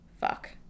fuck